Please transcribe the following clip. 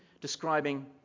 describing